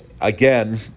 again